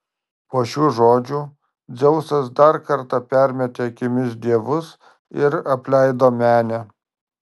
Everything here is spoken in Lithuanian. po šių žodžių dzeusas dar kartą permetė akimis dievus ir apleido menę